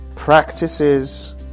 practices